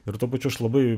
ir tuo pačiu aš labai